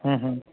ਹੂੰ ਹੂੰ